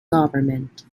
government